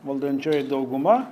valdančioji dauguma